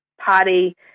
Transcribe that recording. party